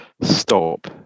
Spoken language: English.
Stop